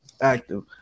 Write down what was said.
active